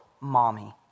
mommy